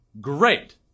great